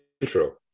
intro